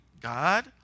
God